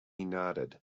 nodded